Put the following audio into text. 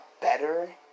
better